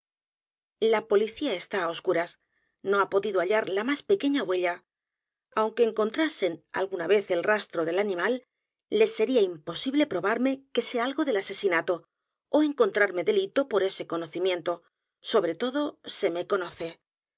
a policía está á oscuras n o ha podido hallar la más pequeña huella aunque encontrasen alguna vez el rastro del animal les sería imposible probarme que sé algo del asesinato ó encontrarme delito por ese conocimiento sobre todo se me conace